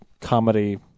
comedy